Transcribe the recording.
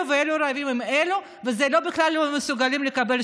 יש לנו במדינה כל כך הרבה מה לתקן ועל מה להיאבק.